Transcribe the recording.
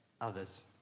others